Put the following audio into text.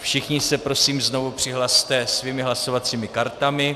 Všichni se prosím znovu přihlaste svými hlasovacími kartami.